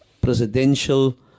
presidential